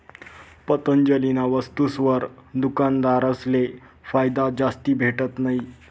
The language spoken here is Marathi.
पतंजलीना वस्तुसवर दुकानदारसले फायदा जास्ती भेटत नयी